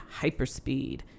hyperspeed